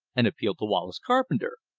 and appealed to wallace carpenter.